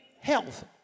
health